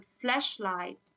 flashlight